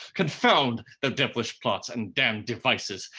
confound their devilish plots, and damned devices.